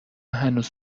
هنوز